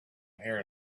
here